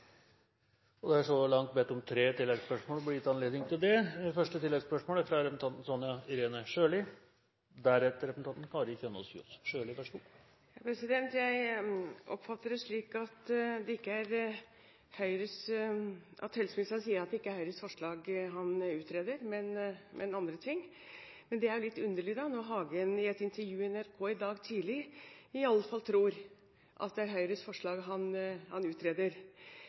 Det er så langt bedt om tre oppfølgingsspørsmål, og det blir gitt anledning til det – først representanten Sonja Irene Sjøli. Jeg oppfatter det slik at helseministeren sier at det ikke er Høyres forslag han utreder, men andre ting. Men det er litt underlig når Hagen i et intervju i NRK i dag tidlig i alle fall tror at det er Høyres forslag han utreder.